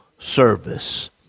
service